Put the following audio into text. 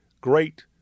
great